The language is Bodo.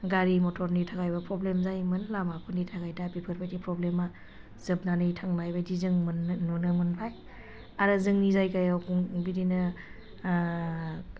गारि मथरनि थाखायबो प्रब्लेम जायोमोन लामाफोरनि थाखाय दा बेफोरबायदि प्रब्लेमा जोबनानै थांनाय बायदि जों नुनो मोनबाय आरो जोंनि जायगायाव बिदिनो